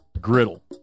Griddle